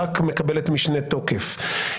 רק מקבלת משנה תוקף.